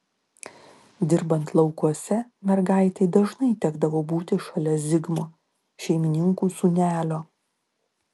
dirbant laukuose mergaitei dažnai tekdavo būti šalia zigmo šeimininkų sūnelio